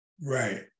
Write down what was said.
right